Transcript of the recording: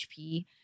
HP